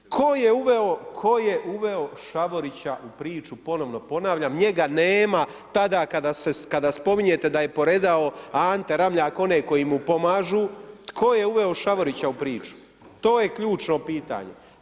Tko je uveo Šavorića u priču, ponovno ponavljam, njega nema, tada kada se spominje da je poredao Ante Ramljak, one koji mu pomažu, tko je uveo Šavorića u priču, to je ključno pitanje.